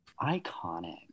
Iconic